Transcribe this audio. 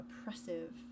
oppressive